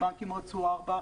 הבנקים רצו ארבע,